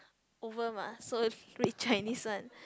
over mah so I read Chinese one